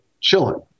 chilling